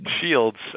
shields